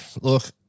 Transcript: Look